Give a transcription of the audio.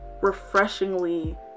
refreshingly